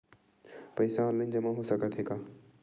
पईसा ऑनलाइन जमा हो साकत हे का?